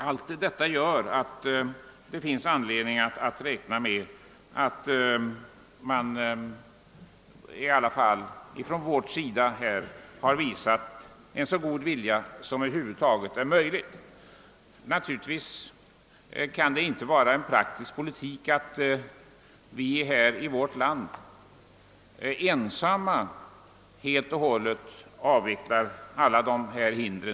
Allt detta gör att det finns anledning påstå att från vår sida har visats en så god vilja som över huvud taget varit möjligt för oss. Naturligtvis kan det inte vara praktisk politik att vårt land ensamt avvecklar alla dessa hinder.